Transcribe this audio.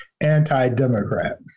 anti-Democrat